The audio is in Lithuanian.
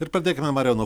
ir pradėkime mariau nuo